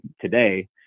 today